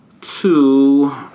two